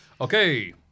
Okay